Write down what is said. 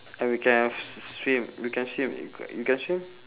and we can have swim we can swim you can swim